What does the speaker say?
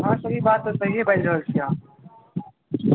हँ सर ई बात तऽ सहिए बाजि रहल छी अहाँ